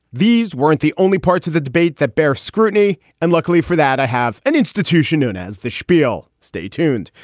these weren't the only parts of the debate that bear scrutiny. and luckily for that, i have an institution known as the shpiel. stay tuned.